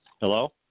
Hello